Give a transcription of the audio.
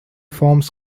forms